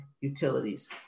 utilities